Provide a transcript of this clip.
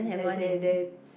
they they they